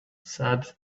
said